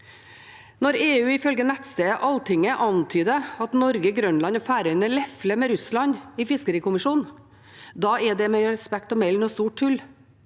Når EU, ifølge nettstedet Altinget, antyder at Norge, Grønland og Færøyene lefler med Russland i fiskerikommisjonen, er det – med respekt å melde – noe stort tull.